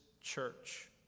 church